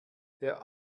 der